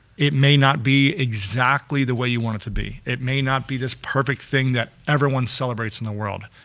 it may not be exactly the way you want it to be. it may not be this perfect thing that everyone celebrates in the world,